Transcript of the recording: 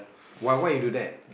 why why you do that